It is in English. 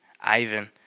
Ivan